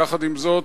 יחד עם זאת,